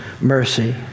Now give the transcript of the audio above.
mercy